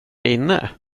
inne